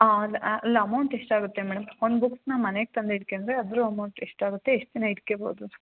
ಆಂ ಅಲ್ಲ ಅಲ್ಲ ಅಮೌಂಟ್ ಎಷ್ಟಾಗುತ್ತೆ ಮೇಡಮ್ ಒಂದು ಬುಕ್ಸನ್ನು ಮನೆಗೆ ತಂದು ಇಟ್ಕೊಂಡ್ರೆ ಅದ್ರ ಅಮೌಂಟ್ ಎಷ್ಟಾಗುತ್ತೆ ಎಷ್ಟು ದಿನ ಇಟ್ಕೋಬೋದು